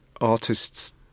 artists